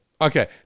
Okay